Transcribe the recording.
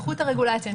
באיכות הרגולציה,